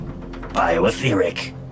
bioetheric